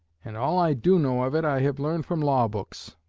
and all i do know of it i have learned from law books